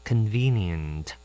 Convenient